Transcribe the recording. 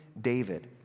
David